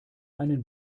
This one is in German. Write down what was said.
einen